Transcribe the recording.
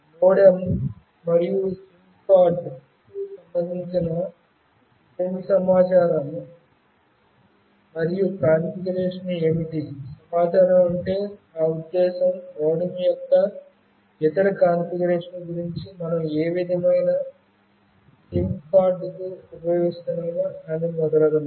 modem మరియు SIM కార్డుకు సంబంధించిన కింది సమాచారం సమాచారం మరియు కాన్ఫిగరేషన్ ఏమిటి సమాచారం అంటే నా ఉద్దేశ్యం మోడెమ్ యొక్క ఇతర కాన్ఫిగరేషన్ గురించి మనం ఏ విధమైన సిమ్ కార్డు ఉపయోగిస్తున్నామో అని మొదలగునవి